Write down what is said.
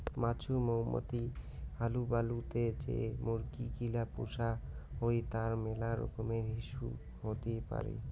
মাছুমৌতাই হালুবালু তে যে মুরগি গিলা পুষা হই তার মেলা রকমের ইস্যু হতি পারে